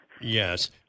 Yes